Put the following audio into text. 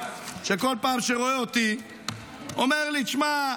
שכל פעם שרואה אותי אומר לי: תשמע,